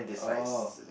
oh